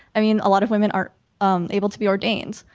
i mean, a lot of women are um able to be ordained.